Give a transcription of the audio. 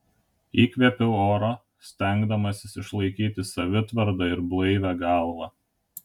įkvėpiau oro stengdamasis išlaikyti savitvardą ir blaivią galvą